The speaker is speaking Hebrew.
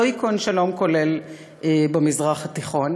לא ייכון שלום כולל במזרח התיכון,